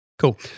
Cool